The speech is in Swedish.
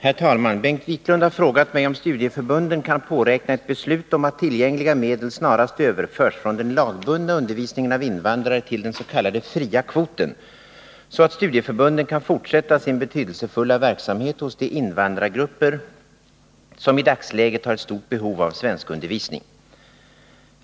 Fru talman! Bengt Wiklund har frågat mig om studieförbunden kan påräkna ett beslut om att tillgängliga medel snarast överförs från den lagbundna undervisningen av invandrare till den s.k. fria kvoten, så att studieförbunden kan fortsätta sin betydelsefulla verksamhet hos de invandrargrupper som i dagsläget har ett stort behov av svenskundervisning.